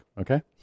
okay